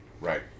Right